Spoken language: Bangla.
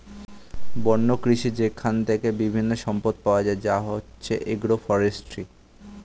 বন্য কৃষি যেইখান থেকে বিভিন্ন সম্পদ পাওয়া যায় যা হচ্ছে এগ্রো ফরেষ্ট্রী